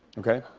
okay?